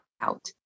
out